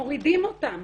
מורידים אותם.